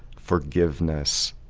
forgiveness,